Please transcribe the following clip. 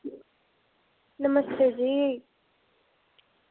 नमस्ते जी